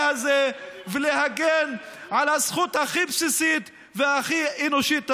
הזה ולהגן על הזכות הכי בסיסית והכי אנושית הזאת.